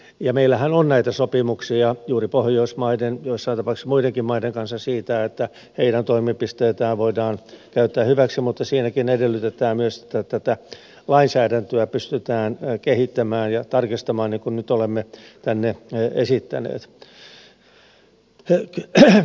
ja meillähän on näitä sopimuksia juuri pohjoismaiden joissain tapauksissa muidenkin maiden kanssa siitä että heidän toimipisteitään voidaan käyttää hyväksi mutta siinäkin edellytetään myös että tätä lainsäädäntöä pystytään kehittämään ja tarkistamaan niin kuin nyt olemme tänne esittäneet